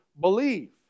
believe